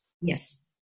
Yes